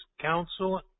counsel